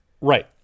right